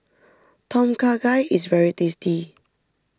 Tom Kha Gai is very tasty